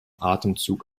atemzug